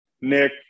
Nick